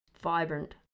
vibrant